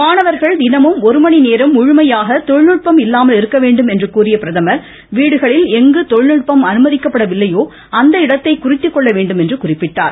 மாணவா்கள் தினமும் ஒரு மணிநேரம் முழுமையாக தொழில்நுட்பம் இல்லாமல் இருக்க வேண்டும் என்று கூறிய பிரதமர் வீடுகளில் ளங்கு தொழில்நுட்பம் அனுமதிக்கப்படவில்லையோ அந்த இடத்தை குறித்துக்கொள்ள வேண்டும் என்றும் குறிப்பிட்டார்